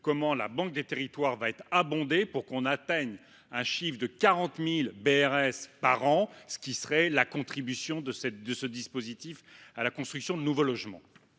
comment la Banque des Territoires serait abondée pour que soit atteint le chiffre de 40 000 BRS, soit la contribution de ce dispositif à la construction de nouveaux logements.